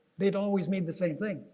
they don't always mean the same thing.